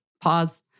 pause